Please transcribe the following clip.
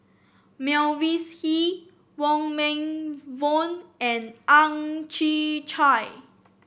Mavis Hee Wong Meng Voon and Ang Chwee Chai